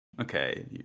Okay